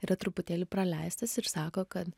yra truputėlį praleistas ir sako kad